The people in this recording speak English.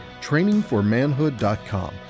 trainingformanhood.com